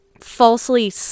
falsely